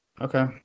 Okay